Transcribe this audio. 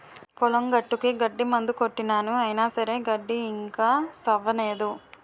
పొలం గట్టుకి గడ్డి మందు కొట్టినాను అయిన సరే గడ్డి ఇంకా సవ్వనేదు